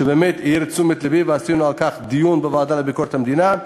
שבאמת העיר את תשומת לבי ועשינו על כך דיון בוועדה לביקורת המדינה,